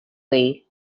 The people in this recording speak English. way